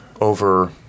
over